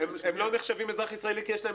הם לא נחשבים אזרח ישראלי כי יש להם